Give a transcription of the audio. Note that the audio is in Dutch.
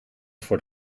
voor